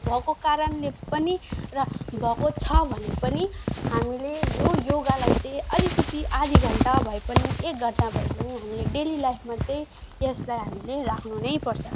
भएको कारणले पनि र भएको छ भने पनि हामीले यो योगालाई चाहिँ अलिकति आधी घन्टा भए पनि एक घन्टा भए पनि हामीले डेली लाइफमा चाहिँ यसलाई हामीले राख्नु नै पर्छ